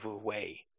away